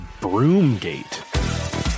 Broomgate